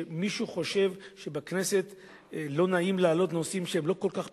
שמישהו חושב שלא נעים להעלות בכנסת נושאים שהם לא כל כך פופולריים,